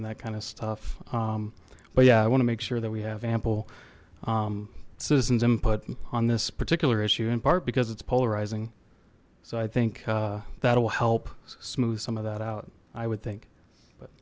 and that kind of stuff but yeah i want to make sure that we have ample citizens input on this particular issue in part because it's polarizing so i think that will help smooth some of that out i would think but